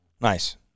Nice